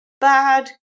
bad